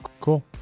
Cool